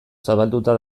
zabalduta